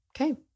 Okay